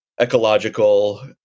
ecological